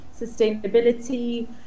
sustainability